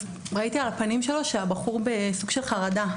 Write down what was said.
ראיתי על הפנים שלו שהבחור בסוג של חרדה.